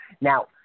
Now